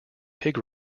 pig